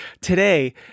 today